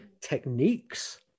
techniques